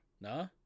No